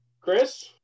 Chris